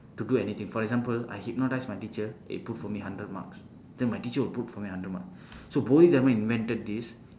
to do anything for example I hypnotise my teacher it put for me hundred marks then my teacher will put for me hundred mark so bodhidharma invented this